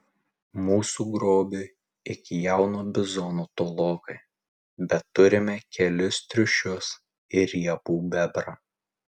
mūsų grobiui iki jauno bizono tolokai bet turime kelis triušius ir riebų bebrą